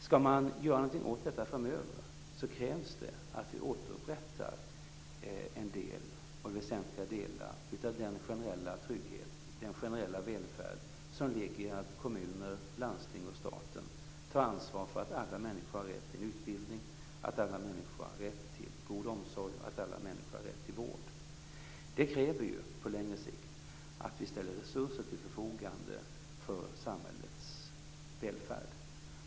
Skall man göra någonting åt detta framöver, krävs det att vi återupprättar en del av väsentliga delar av den generella trygghet och välfärd som ligger i att kommuner, landsting och stat tar ansvar för alla människors rätt till utbildning, god omsorg och vård. Det kräver ju på längre sikt att vi ställer resurser till förfogande för samhällets välfärd.